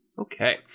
Okay